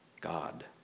God